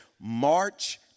march